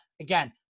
Again